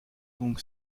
donc